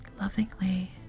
lovingly